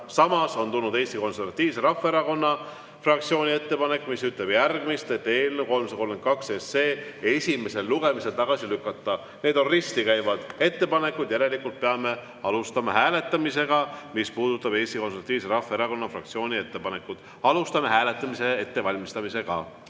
Samas on tulnud Eesti Konservatiivse Rahvaerakonna fraktsiooni ettepanek, mis ütleb järgmist: eelnõu 332 tuleb esimesel lugemisel tagasi lükata. Need on risti käivad ettepanekud, järelikult peame alustama hääletamist, mis puudutab Eesti Konservatiivse Rahvaerakonna fraktsiooni ettepanekut. Alustame hääletamise ettevalmistamist.